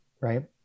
right